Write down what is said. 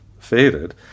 faded